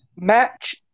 Match